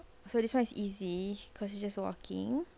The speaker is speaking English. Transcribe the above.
so this one is easy cause it's just walking